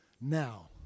now